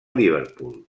liverpool